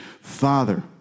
Father